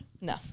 No